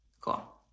cool